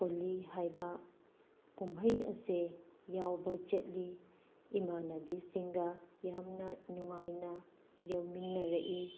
ꯍꯣꯂꯤ ꯍꯥꯏꯕ ꯀꯨꯝꯍꯩ ꯑꯁꯦ ꯌꯥꯎꯕ ꯆꯠꯂꯤ ꯏꯃꯥꯟꯅꯕꯤꯁꯤꯡꯒ ꯌꯥꯝꯅ ꯅꯨꯡꯉꯥꯏꯅ ꯌꯥꯎꯃꯤꯟꯅꯔꯛꯏ